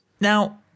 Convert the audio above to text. Now